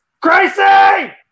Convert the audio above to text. Gracie